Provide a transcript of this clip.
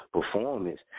performance